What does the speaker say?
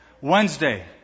Wednesday